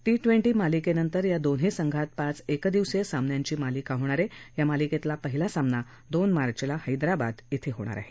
T twenty मालिकेनंतर या दोन्ही संघांत पाच एकदिवसीय सामन्यांची मालिका होणार आहे या मालिकेतला पहिला सामना दोन मार्चला हैदराबाद इथं होणार आहे